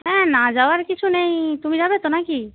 হ্যাঁ না যাওয়ার কিছু নেই তুমি যাবে তো নাকি